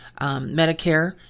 Medicare